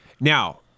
Now